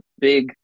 big